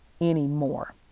anymore